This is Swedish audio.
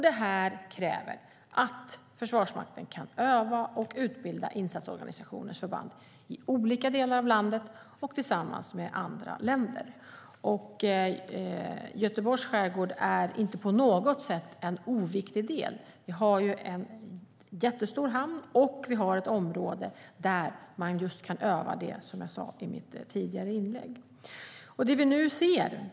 Detta kräver att Försvarsmakten kan öva och utbilda insatsorganisationens förband i olika delar av landet och tillsammans med andra länder. Göteborgs skärgård är inte på något sätt en oviktig del. Här finns en jättestor hamn och ett område där man just kan öva det som jag sade i mitt tidigare inlägg.